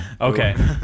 Okay